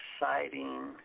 exciting